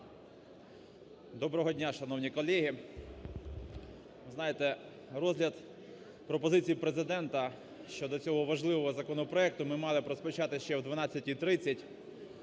Доброго дня, шановні колеги! Ви знаєте, розгляд пропозицій Президента щодо цього важливого законопроекту ми мали б розпочати ще о 12.30,